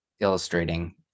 illustrating